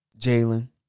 Jalen